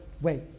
wait